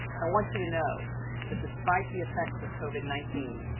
i want you to know that despite the effects of covid nineteen,